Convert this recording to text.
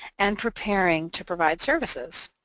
and preparing to provide services.